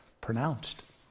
pronounced